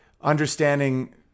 understanding